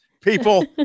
people